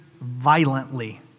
violently